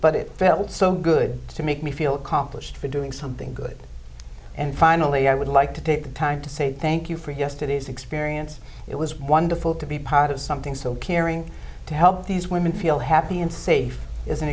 but it felt so good to make me feel complicated for doing something good and finally i would like to take the time to say thank you for yesterday's experience it was wonderful to be part of something so caring to help these women feel happy and safe is an